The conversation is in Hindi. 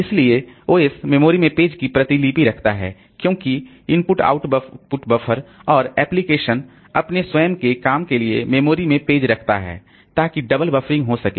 इसलिए OS मेमोरी में पेज की प्रतिलिपि रखता है क्योंकि IO बफर और एप्लिकेशन अपने स्वयं के काम के लिए मेमोरी में पेज रखता है ताकि डबल बफरिंग हो सके